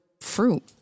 fruit